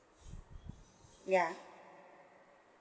yeah